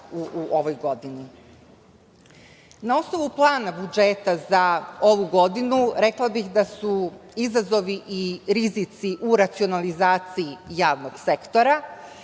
u ovoj godini. Na osnovu plana budžeta za ovu godinu, rekla bih da su izazovi i rizici u racionalizaciji javnog sektora,